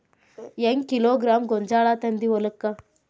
ಹೆಂಗ್ ಕಿಲೋಗ್ರಾಂ ಗೋಂಜಾಳ ತಂದಿ ಹೊಲಕ್ಕ?